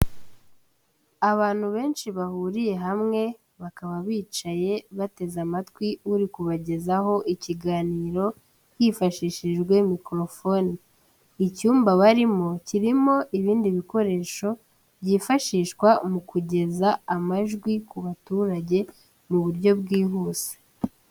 Abantu benshi bahuriye hamwe bakaba bicaye bateze amatwi, uri kubagezaho ikiganiro hifashishijwe mikorofone, icyumba barimo kirimo ibindi bikoresho, byifashishwa mu kugeza amajwi ku baturage mu buryo bwihuse.